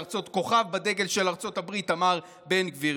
כוכב בדגל של ארצות הברית, אמר בן גביר.